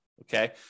Okay